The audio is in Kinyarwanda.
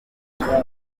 ukunda